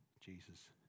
Jesus